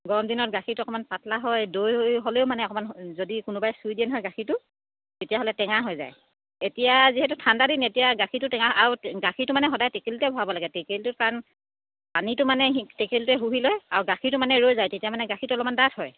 গৰম দিনত গাখীৰটো অকণমান পাতলা হয় দৈ হ'লেও মানে অকণমান যদি কোনোবাই চুই দিয়ে নহয় গাখীৰটো তেতিয়াহ'লে টেঙা হৈ যায় এতিয়া যিহেতু ঠাণ্ডা দিন তেতিয়া গাখীৰটো টেঙা আৰু গাখীৰটো মানে সদায় টকেলিতে ভৰাব লাগে টেকেলিটোত কাৰণ পানীটো মানে টকেলিটোৱে শুহি লয় আৰু গাখীৰটো মানে ৰৈ যায় তেতিয়া মানে গাখীৰটো অলপমান ডাঠ হয়